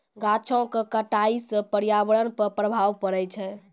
गाछो क कटाई सँ पर्यावरण पर प्रभाव पड़ै छै